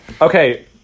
okay